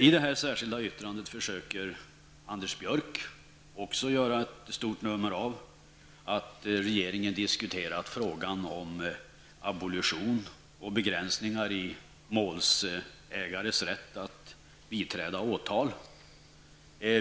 I detta särskilda yttrande försöker Anders Björck också göra ett stort nummer av att regeringen diskuterat frågan om abolition och begränsningar i målsägares rätt att biträda åtal.